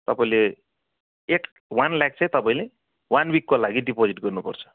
तपाईँले एक वान क्याक चाहिँ तपाईँले वान विकको लागि डिपोजिट गर्नुपर्छ